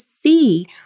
see